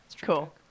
Cool